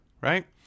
Right